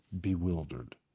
bewildered